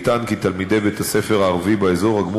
נטען כי תלמידי בית-הספר הערבי באזור רגמו